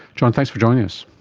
john, thanks for joining us.